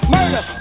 Murder